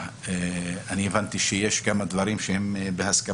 אני הבנתי שיש כמה דברים בהסכמה